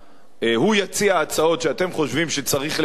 הוא יציע הצעות שאתם חושבים שצריך לקבל